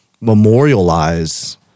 memorialize